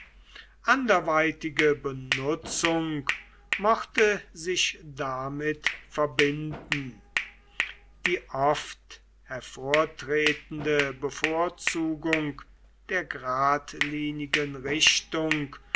anderweitige benutzung mochte sich damit verbinden die oft hervortretende bevorzugung der geradlinigen richtung